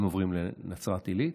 לנצרת עילית,